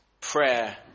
prayer